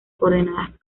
coordenadas